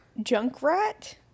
junkrat